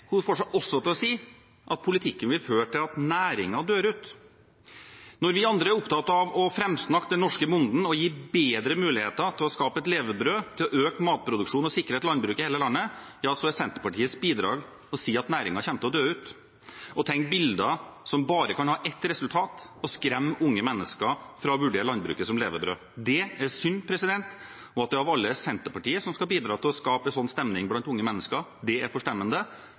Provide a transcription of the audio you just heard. hun fikk seg også til å si at politikken vil føre til at næringen dør ut. Når vi andre er opptatt av å framsnakke den norske bonden og gi bonden bedre muligheter til å skape seg et levebrød, til å øke matproduksjonen og å sikre landbruket i hele landet, er Senterpartiets bidrag å si at næringen kommer til å dø ut og tegne bilder som bare kan ha ett resultat – å skremme unge mennesker fra å vurdere landbruket som levebrød. Det er synd. At det av alle er Senterpartiet som skal bidra til å skape en slik stemning blant unge mennesker, er forstemmende.